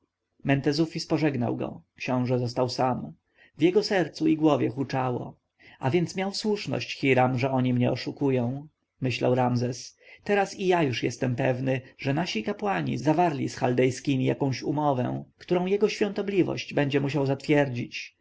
mentezufis pożegnał go książę został sam w jego sercu i głowie huczało a więc miał słuszność hiram że oni nas oszukują myślał ramzes teraz i ja już jestem pewny że nasi kapłani zawarli z chaldejskimi jakąś umowę którą jego świątobliwość będzie musiał zatwierdzić